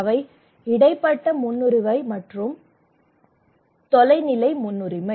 அவை இடைப்பட்ட முன்னுரிமை மற்றும் தொலைநிலை முன்னுரிமை